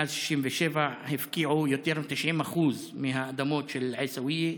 מאז 67' הפקיעו יותר מ-90% מהאדמות של עיסאוויה.